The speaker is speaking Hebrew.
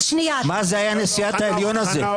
מה זו הייתה נישאת העליון הזאת?